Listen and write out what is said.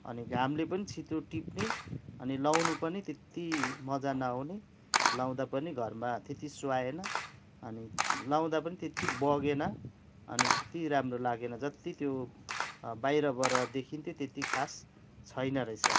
अनि घामले पनि छिटो टिप्ने अनि लाउनु पनि त्यति मजा नआउने लाउँदा पनि घरमा त्यति सुहाएन अनि लाउँदा पनि त्यति बगेन अनि त्यति राम्रो लागेन जति त्यो बाहिरबाट देखिनथ्यो त्यति खास छैन रहेछ